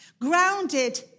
Grounded